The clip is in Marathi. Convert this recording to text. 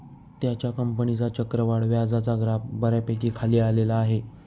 त्याच्या कंपनीचा चक्रवाढ व्याजाचा ग्राफ बऱ्यापैकी खाली आलेला आहे